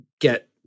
get